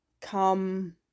come